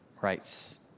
rights